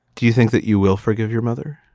do you think that you will forgive your mother?